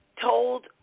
told